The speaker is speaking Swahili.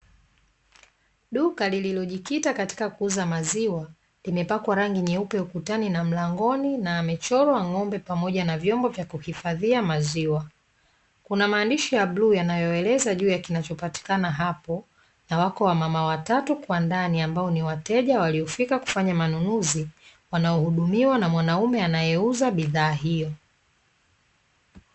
Duka lililojikita katka kuuzaji wa maziwa limepakwa rangi nyeupe ukutani na mlangoni na amechorwa ngombe pamoja na vyombo vya kuhifadhia maziwa, kuna maandishi ya bluu yanayoeleza juu ya kinachopatikana hapo na wako wamama watatu kwa ndani, ambao ni wateja waliofika kufanya manunuzi wanahudumiwa na mwanaume anauza bidhaa hiyo .